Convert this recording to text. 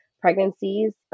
pregnancies